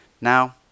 Now